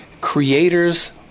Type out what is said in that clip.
creators